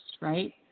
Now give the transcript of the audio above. right